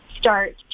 start